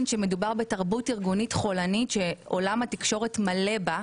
שמדובר בתרבות ארגונית חולנית שעולם התקשורת מלא בה.